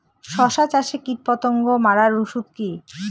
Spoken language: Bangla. শসা চাষে কীটপতঙ্গ মারার ওষুধ কি?